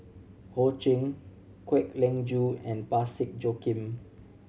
Ho Ching Kwek Leng Joo and Parsick Joaquim